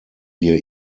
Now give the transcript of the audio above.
wir